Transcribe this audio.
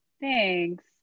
Thanks